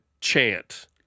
Chant